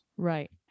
Right